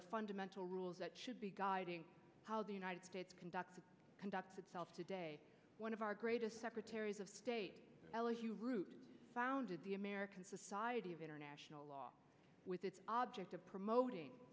the fundamental rules that should be guiding how the united states conducts conduct itself today one of our greatest secretaries of state founded the american society of international law with its object of promoting